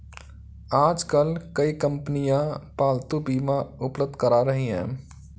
आजकल कई कंपनियां पालतू बीमा उपलब्ध करा रही है